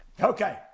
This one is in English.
Okay